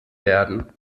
werden